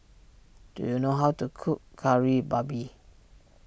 do you know how to cook Kari Babi